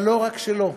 אבל לא רק שלו.